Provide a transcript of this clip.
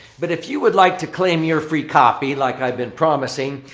but if you would like to claim your free copy like i've been promising,